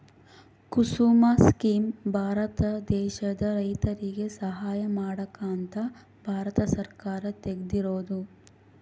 ಕುಸುಮ scheme Bharat ದೇಶದ ರೈತರಿಗೆ ಸಹಾಯ ಮಾಡಕ ಅಂತ ಭಾರತ ಸರ್ಕಾರ ತೆಗ್ದಿರೊದು